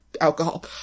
alcohol